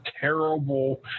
terrible